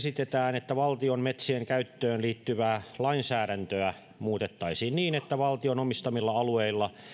esitetään että valtion metsien käyttöön liittyvää lainsäädäntöä muutettaisiin niin että valtion omistamilla alueilla